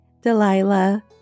Delilah